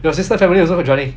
your sister coming also who joining